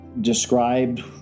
described